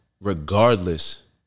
regardless